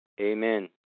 Amen